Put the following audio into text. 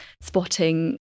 spotting